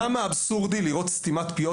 כמה אבסורדי לראות סתימת פיות,